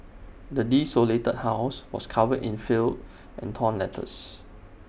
the desolated house was covered in filth and torn letters